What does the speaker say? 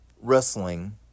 wrestling